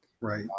right